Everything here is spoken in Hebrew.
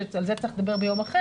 שעל זה צריך לדבר ביום אחר,